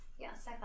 Yes